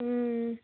ও